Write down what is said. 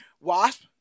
Wasp